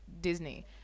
Disney